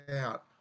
out